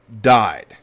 died